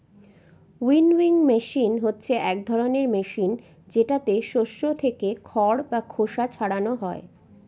winnowing machine হচ্ছে এক ধরনের মেশিন যেটাতে শস্য থেকে খড় বা খোসা ছারানো হয়